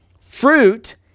Fruit